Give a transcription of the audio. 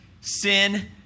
sin